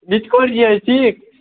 نِچ کوٗر چھیا حظ ٹھیٖک